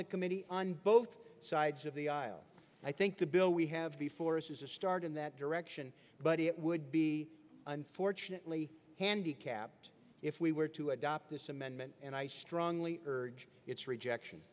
the committee on both sides of the aisle i think the bill we have before us is a start in that direction but it would be unfortunately handicapped if we were to adopt this amendment and i strongly urge its rejection